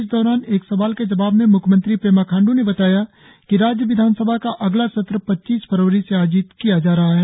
इस दौरान एक सवाल के जवाब में म्ख्यमंत्री पेमा खांड्र ने बताया कि राज्य विधानसभा का अगला सत्र पच्चीस फरवरी से आयोजित किया जा रहा है